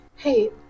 Hey